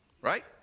Right